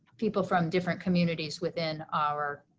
people from different communities within our